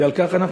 ועל כן אנחנו,